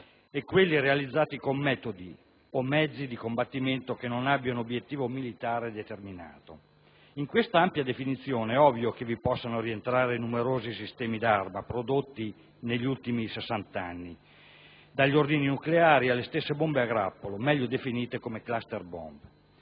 e quelli realizzati con metodi o mezzi di combattimento che non abbiano un obiettivo militare determinato. In questa ampia definizione è ovvio che vi possano rientrare numerosi sistemi d'arma prodotti negli ultimi sessant'anni, dagli ordigni nucleari alle stesse bombe a grappolo, meglio definite come *cluster bomb*.